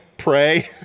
pray